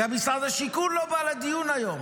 גם משרד השיכון לא בא לדיון היום.